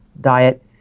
diet